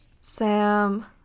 Sam